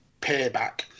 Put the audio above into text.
payback